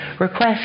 Request